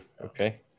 Okay